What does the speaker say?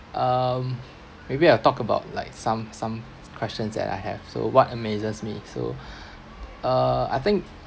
um maybe I'll talk about like some some questions that I have so what amazes me so uh I think